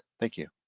thank you.